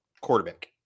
quarterback